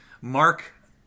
Mark